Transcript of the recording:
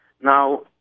Now